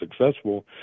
successful